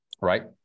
right